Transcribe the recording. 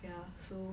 ya so